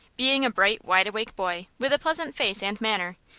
being a bright, wideawake boy, with a pleasant face and manner,